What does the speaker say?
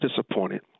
disappointed